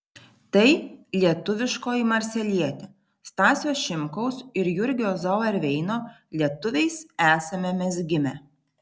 tai lietuviškoji marselietė stasio šimkaus ir jurgio zauerveino lietuviais esame mes gimę